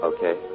Okay